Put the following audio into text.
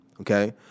okay